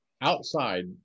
outside